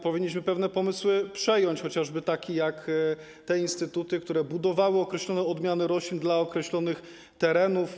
Powinniśmy pewne pomysły przejąć, chociażby taki jak te instytuty, które budowały określone odmiany roślin dla określonych terenów.